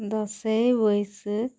ᱫᱚᱥᱮᱭ ᱵᱟᱹᱭᱥᱟᱹᱠ